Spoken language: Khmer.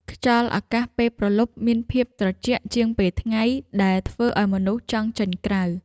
ខ្យល់អាកាសពេលព្រលប់មានភាពត្រជាក់ជាងពេលថ្ងៃ ដែលធ្វើឱ្យមនុស្សចង់ចេញក្រៅ។